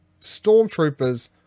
Stormtroopers